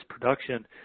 production